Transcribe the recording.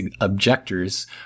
objectors